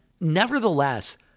Nevertheless